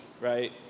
right